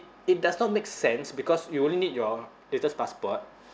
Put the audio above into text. it does not make sense because you only need your latest passport